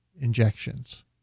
injections